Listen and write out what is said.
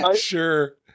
Sure